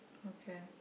okay